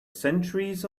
centuries